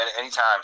Anytime